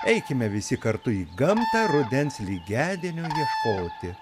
eikime visi kartu į gamtą rudens lygiadienio ieškoti